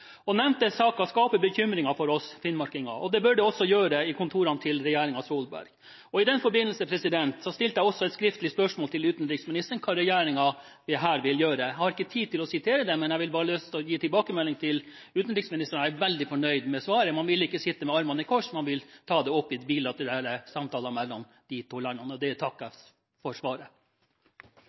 pent. Nevnte saker skaper bekymringer for oss finnmarkinger, og det bør det også gjøre i regjeringen Solbergs kontorer. I den forbindelse stilte jeg også et skriftlig spørsmål til utenriksministeren om hva regjeringen vil gjøre. Jeg har ikke tid til å sitere det, men jeg har bare lyst til å gi tilbakemelding til utenriksministeren om at jeg er veldig fornøyd med svaret. Man vil ikke sitte med armene i kors, man vil ta dette opp i bilaterale samtaler mellom de to landene. Jeg takker for det svaret.